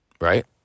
right